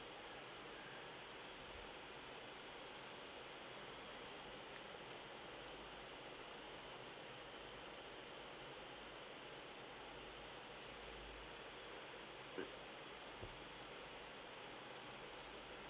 mm